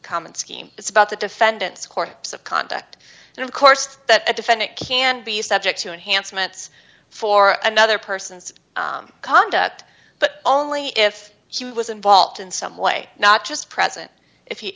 common scheme it's about the defendant's course of conduct and of course that a defendant can be subject to enhanced minutes for another person's conduct but only if she was involved in some way not just present if